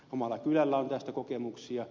omalla kylällä on tästä kokemuksia